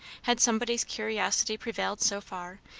had somebody's curiosity prevailed so far,